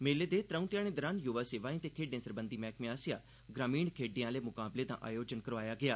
मेले दे त्रौं ध्याड़ें दोरान युवा सेवाएं ते खेड्ढें सरबंधी मैह्कमे आसेआ ग्रामीण खेड्ढें आह्ले मुकाबलें दा आयोजन करोआया गेआ